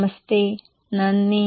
നമസ്തേ നന്ദി